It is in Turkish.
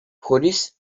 polis